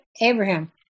Abraham